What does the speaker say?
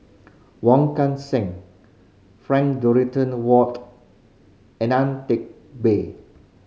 Wong Kan Seng Frank Dorrington Ward and Ang Teck Bee